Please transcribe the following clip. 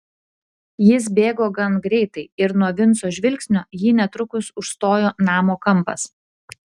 jis bėgo gan greitai ir nuo vinco žvilgsnio jį netrukus užstojo namo kampas